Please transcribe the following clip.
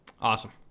Awesome